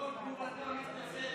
לאור תגובתה המתנשאת,